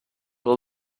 will